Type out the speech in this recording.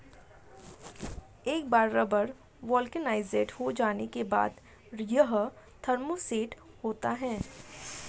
एक बार rubber vulcanised हो जाने के बाद, यह थर्मोसेट होता है